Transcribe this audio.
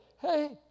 hey